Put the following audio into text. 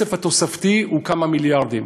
הכסף התוספתי הוא כמה מיליארדים.